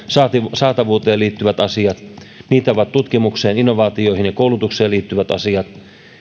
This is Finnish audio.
saatavuuteen liittyvät asiat niitä ovat tutkimukseen innovaatioihin ja koulutukseen liittyvät asiat